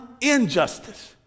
injustice